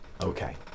Okay